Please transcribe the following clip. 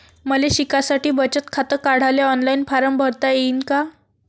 मले शिकासाठी बचत खात काढाले ऑनलाईन फारम भरता येईन का?